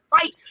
fight